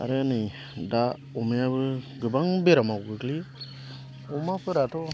आरो नै दा अमायाबो गोबां बेरामाव गोग्लैयो अमाफोराथ'